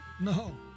No